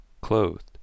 clothed